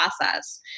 process